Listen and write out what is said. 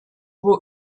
его